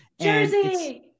Jersey